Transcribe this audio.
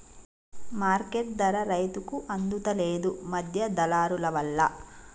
market ధర రైతుకు అందుత లేదు, మధ్య దళారులవల్ల